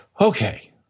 Okay